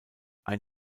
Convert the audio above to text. ein